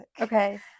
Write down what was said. okay